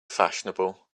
fashionable